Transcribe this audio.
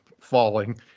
falling